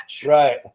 Right